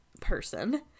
person